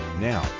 Now